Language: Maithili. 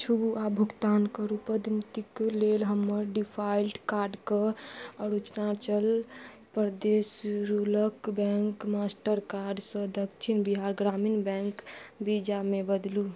छुबू आ भुगतान करू पद्धतिक लेल हमर डिफाल्ट कार्डके Arunachal Pradesh rural bank Mastercard सऽ दक्षिण बिहार ग्रामीण बैंक वीजामे बदलु